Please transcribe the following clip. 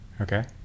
Okay